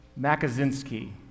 Makazinski